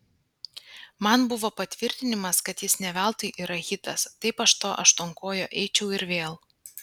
man buvo patvirtinimas kad jis ne veltui yra hitas taip aš to aštuonkojo eičiau ir vėl